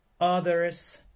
others